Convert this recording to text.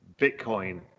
Bitcoin